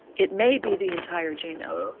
it may be the entire genome,